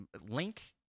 link